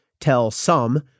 tell-some